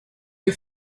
you